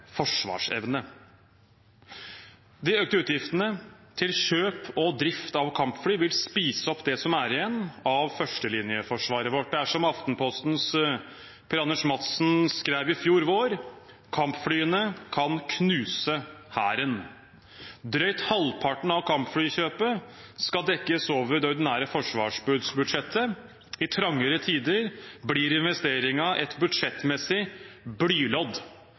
forsvarsevne. De økte utgiftene til kjøp og drift av kampfly vil spise opp det som er igjen av førstelinjeforsvaret vårt. Det er som Aftenpostens Per Anders Madsen skrev i fjor vår: «Kampflyene kan knuse Hæren.» Og som Madsen skrev videre: «Drøyt halvparten av kampflykjøpet skal dekkes over det ordinære forsvarsbudsjettet. I trangere tider blir investeringen et budsjettmessig blylodd.